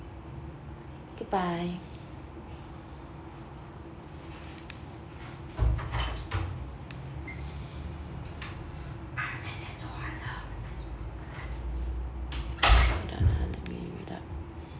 good bye hold on ah let me read up